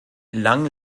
lang